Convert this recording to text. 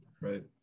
Right